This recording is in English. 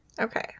Okay